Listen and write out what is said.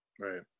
Right